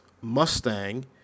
Mustang